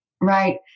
right